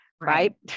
right